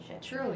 true